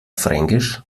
fränkisch